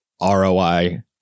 ROI